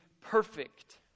perfect